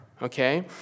okay